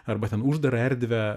arba ten uždarą erdvę